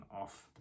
off